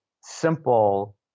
simple